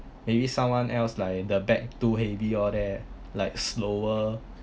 maybe someone else like the bag too heavy all that like slower